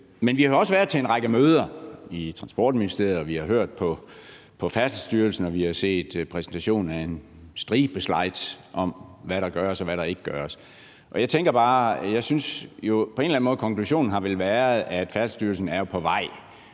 Men vi har også været til en række møder i Transportministeriet, og vi har hørt på Færdselsstyrelsen, og vi har set præsentationen af en stribe af slides om, hvad der gøres, og hvad der ikke gøres. Jeg synes, at konklusionen på en eller anden måde vel har været, at Færdselsstyrelsen er på vej.